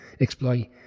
exploit